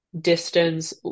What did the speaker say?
distance